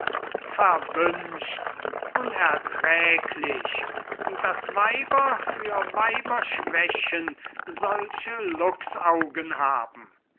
verwünscht unerträglich daß weiber für weiberschwächen solche luchsaugen haben